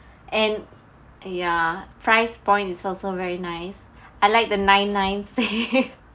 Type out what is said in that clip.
and ya price point is also very nice I like the nine nine